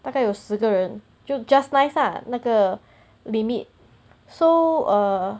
大概有十个人就 just nice ah 那个 limit so err